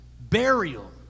burial